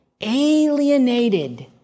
alienated